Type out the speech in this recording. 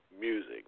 music